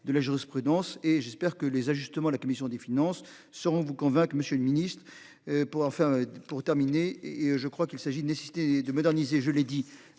de la jurisprudence et j'espère que les ajustements. La commission des finances seront vous convainc. Monsieur le Ministre. Pour enfin pour terminer et je crois qu'il s'agit de nécessité de moderniser. Je l'ai dit